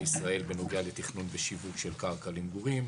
ישראל בנוגע לתכנון ושיווק של קרקע למגורים,